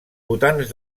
votants